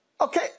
okay